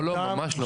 לא, לא, ממש לא.